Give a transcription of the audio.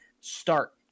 start